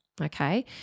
Okay